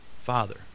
Father